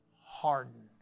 hardened